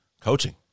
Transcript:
coaching